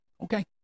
Okay